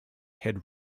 head